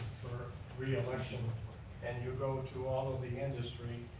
for reelection and you go to all of the industry,